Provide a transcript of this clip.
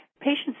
Patients